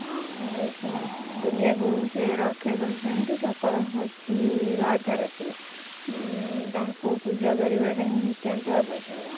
ଆଉ ଦୁନିଆକୁ ସେ ରକ୍ଷା କରିଛନ୍ତି ସକଳ ଶକ୍ତିର ଆଧାର ସିଏ ତାଙ୍କୁ ପୂଜା କରିବାଟା ହିଁ ନିତ୍ୟାନ୍ତ ଆବଶ୍ୟକ